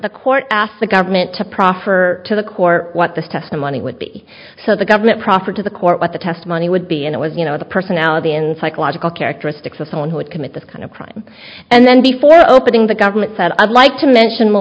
the court asked the government to proffer to the court what this testimony would be so the government proffer to the court what the testimony would be and it was you know the personality and psychological characteristics of someone who would commit this kind of crime and then before opening the government said i'd like to mention